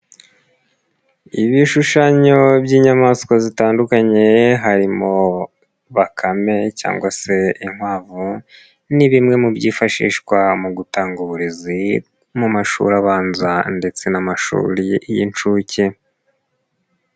Ibishushanyo by'inyamaswa zitandukanye harimo bakame cyangwa se inkwavu, ni bimwe mu byifashishwa mu gutanga uburezi mu mashuri abanza ndetse n'amashuri y'inshuke.